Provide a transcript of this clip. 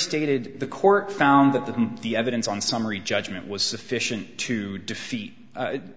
stated the court found that the the evidence on summary judgment was sufficient to defeat